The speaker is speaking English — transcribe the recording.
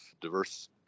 diverse